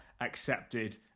accepted